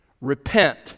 repent